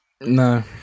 No